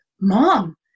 mom